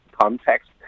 context